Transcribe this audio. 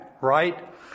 right